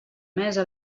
mesa